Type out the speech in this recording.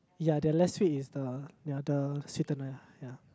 ya their less sweet is the ya the sweetener lah ya